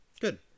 Good